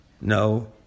no